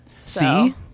See